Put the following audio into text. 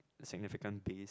significant piece